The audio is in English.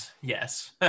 Yes